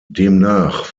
demnach